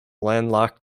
landlocked